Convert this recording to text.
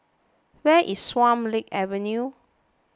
where is Swan Lake Avenue